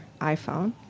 iPhone